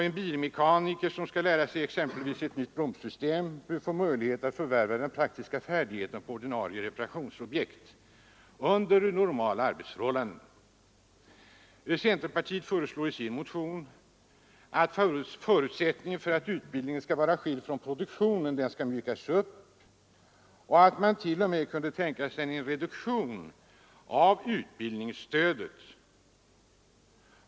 En bilmekaniker som exempelvis skall lära sig ett nytt bromssystem bör få möjlighet att förvärva den praktiska färdigheten på ordinarie reparationsobjekt under normala arbetsförhållanden.” Centerpartiet föreslår i sin motion att förutsättningen för att utbildningen skall vara skild från produktionen skall mjukas upp, och det heter att man t.o.m. kan tänka sig en viss reduktion av utbildningsstödet.